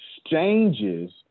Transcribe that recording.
exchanges